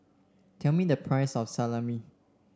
tell me the price of Salami